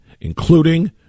including